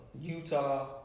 Utah